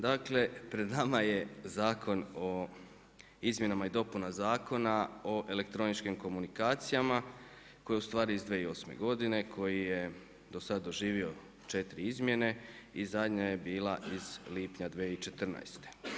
Dakle, pred vama je Zakon o izmjenama i dopunama Zakona o elektroničkim komunikacijama koji je ustvari iz 2008. godine koji je dosad doživio 4 izmjene, i zadnja je bila iz lipnja 2014.